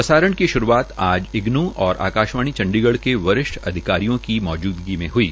प्रसारण की श्रूआत आज इग्नू और आकाशवाणी चंडीगढ़ के वरिष्ठ अधिकारियों की मौजूदगी में हई